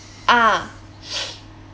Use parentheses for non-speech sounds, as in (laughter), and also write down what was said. ah (breath)